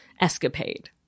escapade